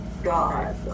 God